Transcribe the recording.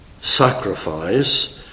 sacrifice